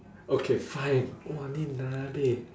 okay fine !wah! ni nabeh